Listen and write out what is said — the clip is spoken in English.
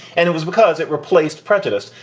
and it was because it replaced prejudice.